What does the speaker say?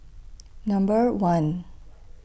Number one